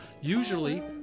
Usually